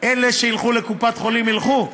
אלה שילכו לקופת חולים, ילכו,